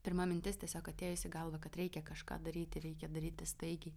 pirma mintis tiesiog atėjus į galvą kad reikia kažką daryti reikia daryti staigiai